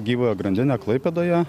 gyvąją grandinę klaipėdoje